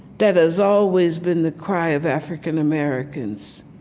that has always been the cry of african americans,